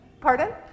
pardon